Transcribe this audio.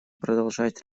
продолжать